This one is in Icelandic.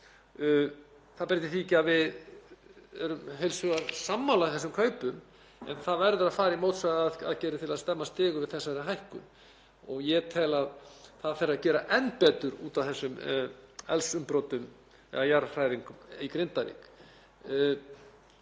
Það breytir því ekki að við erum heils hugar sammála þessum kaupum en það verður að fara í mótvægisaðgerðir til að stemma stigu við þessari hækkun. Og ég tel að það þurfi að gera enn betur út af þessum jarðhræringum í Grindavík.